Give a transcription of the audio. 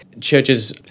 churches